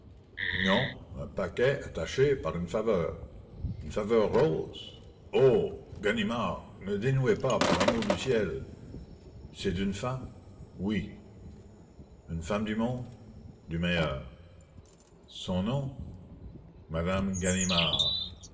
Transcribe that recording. non un paquet attaché par une faveur une faveur rose oh ganimard ne dénouez pas pour l'amour du ciel c'est d'une femme oui une femme du monde du meilleur son nom